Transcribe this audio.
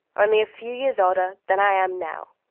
only a few years older than i am now.